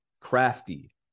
crafty